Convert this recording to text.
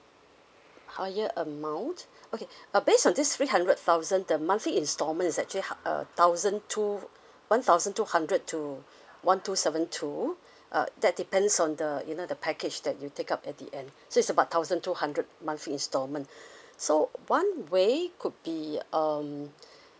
higher amount okay uh based on this three hundred thousand the monthly installment is actually hu~ uh thousand two one thousand two hundred to one two seven two uh that depends on the you know the package that you take up at the end so is about thousand two hundred monthly installment so one way could be um